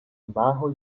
bajo